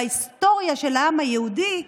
להיסטוריה של העם היהודי,